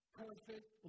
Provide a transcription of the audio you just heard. perfect